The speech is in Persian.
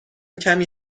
کمی